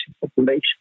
population